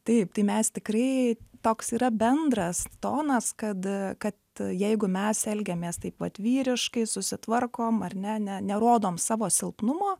taip tai mes tikrai toks yra bendras tonas kad kad jeigu mes elgiamės taip vat vyriškai susitvarkom ar ne ne nerodom savo silpnumo